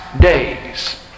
days